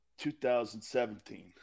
2017